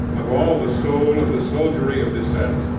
of all the soul of the soldiery of dissent,